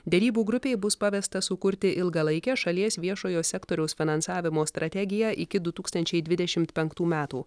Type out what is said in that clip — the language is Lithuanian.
derybų grupei bus pavesta sukurti ilgalaikę šalies viešojo sektoriaus finansavimo strategiją iki du tūkstančiai dvidešimt penktų metų